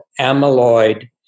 amyloid